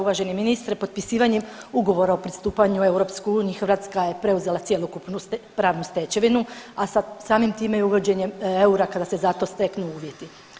Uvaženi ministre, potpisivanjem ugovora o pristupanju EU Hrvatska je preuzela cjelokupnu pravnu stečevinu, a samim time i uvođenje eura kada se za to steknu uvjeti.